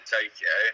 Tokyo